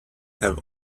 have